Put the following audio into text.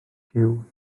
gyw